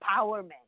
empowerment